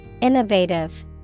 Innovative